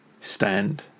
stand